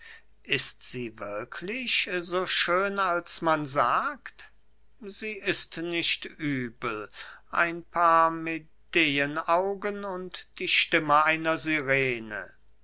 ist sie wirklich so schön als man sagt sie ist nicht übel ein paar medeenaugen und die stimme einer sirene